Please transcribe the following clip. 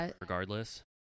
regardless